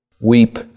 Weep